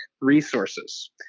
resources